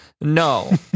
No